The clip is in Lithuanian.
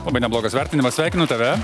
labai neblogas vertinimas sveikinu tave